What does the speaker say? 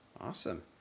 Awesome